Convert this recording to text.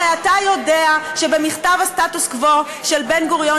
הרי אתה יודע שבמכתב הסטטוס-קוו של בן-גוריון